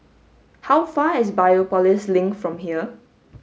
how far is Biopolis Link from here